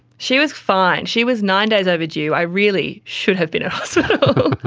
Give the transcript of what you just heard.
she was fine, she was nine days overdue. i really should have been ah so